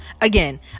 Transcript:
again